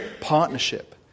partnership